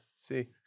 see